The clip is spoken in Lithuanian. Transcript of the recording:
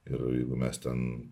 ir jeigu mes ten